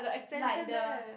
like the